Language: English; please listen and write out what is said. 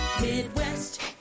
Midwest